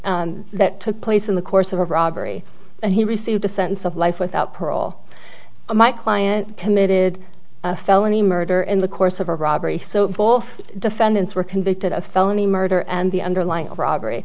that took place in the course of a robbery and he received a sentence of life without parole a my client committed a felony murder in the course of a robbery so both defendants were convicted of felony murder and the underlying robbery